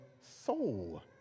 soul